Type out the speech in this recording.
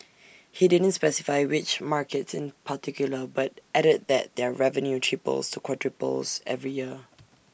he didn't specify which markets in particular but added that their revenue triples to quadruples every year